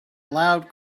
loud